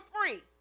free